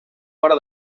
fora